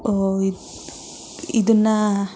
ಇದನ್ನು